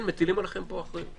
כן, מטילים עליכם פה אחריות.